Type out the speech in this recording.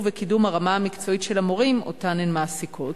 והקידום של הרמה המקצועית של המורים שהן מעסיקות?